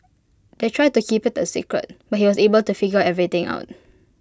they tried to keep IT A secret but he was able to figure everything out